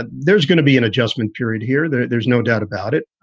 and there's going to be an adjustment period here. there's there's no doubt about it.